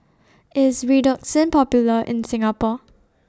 IS Redoxon Popular in Singapore